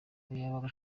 umunyamabanga